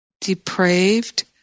depraved